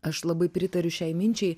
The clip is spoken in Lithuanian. aš labai pritariu šiai minčiai